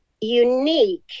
unique